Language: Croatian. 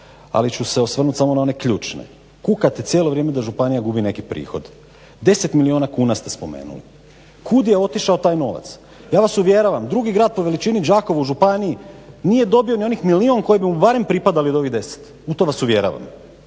ali ću se osvrnut samo na one ključne. Kukate cijelo vrijeme da županija gubi neki prihod, deset milijuna kuna ste spomenuli. Kud je otišao taj novac? Ja vas uvjeravam drugi grad po veličini Đakovo u županiji nije dobio ni onih milijun koji bi mu barem pripadali od ovih deset. U to vas uvjeravam.